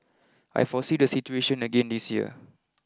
I foresee the situation again this year